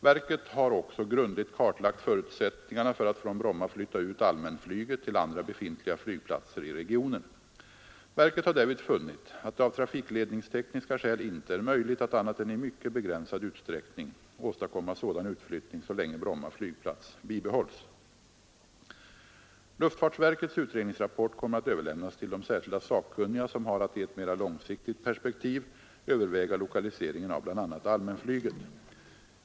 Verket har också grundligt kartlagt förutsättningarna för att från Bromma flytta ut allmänflyget till andra befintliga flygplatser i regionen. Verket har därvid funnit att det av trafikledningstekniska skäl inte är möjligt att annat än i mycket begränsad utsträckning åstadkomma sådan utflyttning så länge Bromma flygplats bibehålls. Luftfartsverkets utredningsrapport kommer att överlämnas till de särskilda sakkunniga som har att i ett mera långsiktigt perspektiv överväga lokaliseringen av bl.a. allmänflyget.